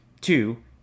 two